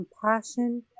compassion